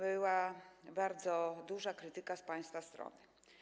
Była bardzo duża krytyka z państwa strony.